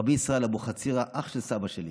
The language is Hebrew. רבי ישראל אבוחצירא, אח של סבא שלי.